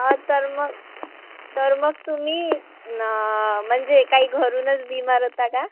हा तर मग तर मग तुम्ही ना म्हणजे काही घरूनच बिमार होता का